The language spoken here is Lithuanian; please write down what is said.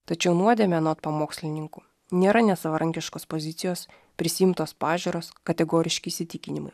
tačiau nuodėmė anot pamokslininkų nėra nesavarankiškos pozicijos prisiimtos pažiūros kategoriški įsitikinimai